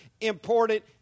important